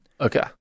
Okay